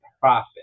profit